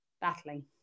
battling